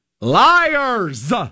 Liars